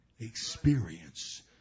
experience